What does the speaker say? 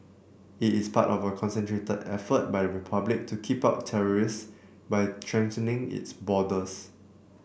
it is part of a concerted effort by the republic to keep out terrorists by strengthening its borders